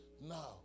now